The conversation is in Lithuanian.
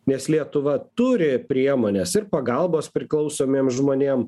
nes lietuva turi priemones ir pagalbos priklausomiem žmonėm